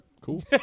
Cool